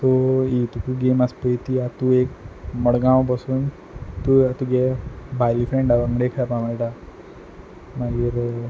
so ही तुका game आसा पय ती आतां तूं एक मडगांव बसून तूं तुगे भायल्या फ्रेंडा वांगडा खेळपा मेयटा मागीर